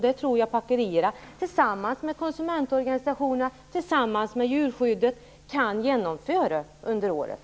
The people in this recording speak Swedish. Det tror jag att packerierna tillsammans med konsumentorganisationerna och djurskyddet kan genomföra under året.